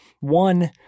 One